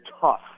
tough